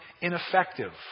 ineffective